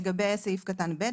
לגבי סעיף קטן (ב),